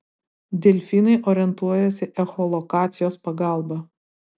delfinai orientuojasi echolokacijos pagalba